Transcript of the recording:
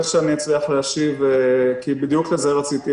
שאצליח להשיב כי בדיוק לזה רציתי להגיע.